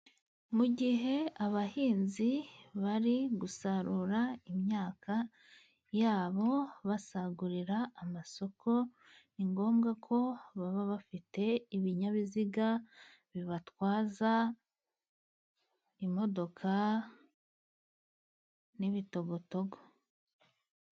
Mu gihe abahinzi bari gusarura imyaka yabo basagurira amasoko, ni ngombwa ko baba bafite ibinyabiziga, bibatwaza imodoka n'ibitogotogo.